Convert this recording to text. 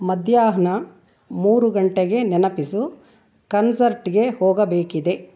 ಮಧ್ಯಾಹ್ನ ಮೂರು ಗಂಟೆಗೆ ನೆನಪಿಸು ಕನ್ಸರ್ಟ್ಗೆ ಹೋಗಬೇಕಿದೆ